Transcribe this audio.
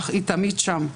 אך היא תמיד שם.